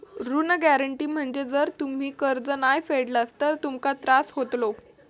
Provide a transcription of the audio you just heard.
ऋण गॅरेंटी मध्ये जर तुम्ही कर्ज नाय फेडलास तर तुमका त्रास होतलो